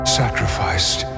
sacrificed